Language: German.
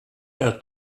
der